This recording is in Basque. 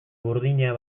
burdina